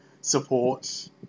support